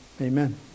amen